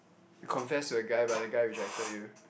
confess to a guy but the guy rejected you